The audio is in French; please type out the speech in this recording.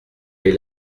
ait